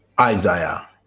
Isaiah